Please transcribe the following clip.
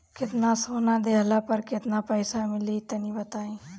केतना सोना देहला पर केतना पईसा मिली तनि बताई?